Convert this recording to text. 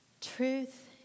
Truth